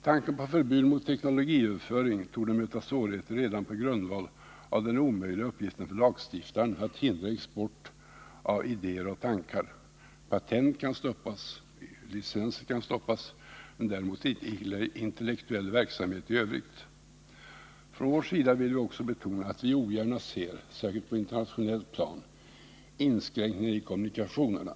Tanken på förbud mot teknologiöverföring torde möta svårigheter redan på grundval av den omöjliga uppgiften för lagstiftaren att hindra export av idéer och tankar. Patent och licenser kan stoppas, men däremot inte intellektuell verksamhet i övrigt. Från vår sida vill vi också betona att vi ogärna ser, särskilt på internationellt plan, inskränkningar i kommunikationerna.